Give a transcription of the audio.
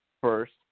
first